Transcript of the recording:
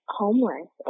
homeless